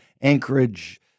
Anchorage